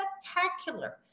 spectacular